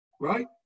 right